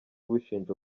bushinja